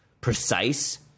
precise